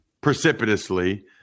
precipitously